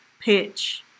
pitch